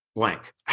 Blank